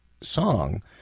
song